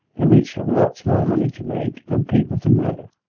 the rich have lots more money to make, and people to murder.